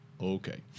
Okay